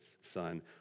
son